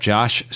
Josh